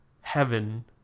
heaven